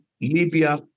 Libya